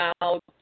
out